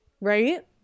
right